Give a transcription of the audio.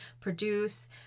produce